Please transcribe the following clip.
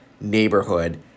neighborhood